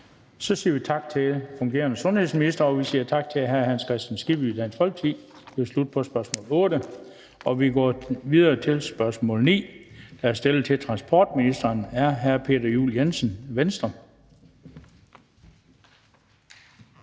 Så siger vi tak til den fungerende sundhedsminister, og vi siger tak til hr. Hans Kristian Skibby, Dansk Folkeparti. Det var slut på spørgsmål 8. Vi går videre til spørgsmål 9, der er stillet til transportministeren af hr. Peter Juel-Jensen fra Venstre.